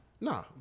Nah